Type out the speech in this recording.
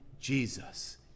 Jesus